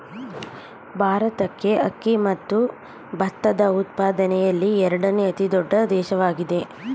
ಭಾರತಕ್ಕೆ ಅಕ್ಕಿ ಮತ್ತು ಭತ್ತದ ಉತ್ಪಾದನೆಯಲ್ಲಿ ಎರಡನೇ ಅತಿ ದೊಡ್ಡ ದೇಶವಾಗಿದೆ